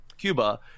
cuba